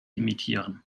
imitieren